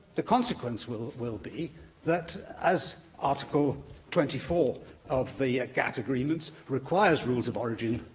the consequence will will be that, as article twenty four of the gatt agreement requires rules of origin